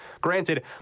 Granted